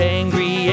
angry